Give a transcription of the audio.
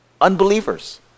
unbelievers